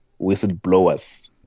whistleblowers